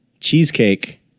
cheesecake